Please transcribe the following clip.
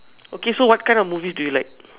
okay so what kind of movies do you like